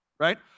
right